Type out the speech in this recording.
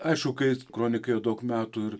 aišku kai kronikai jau daug metų ir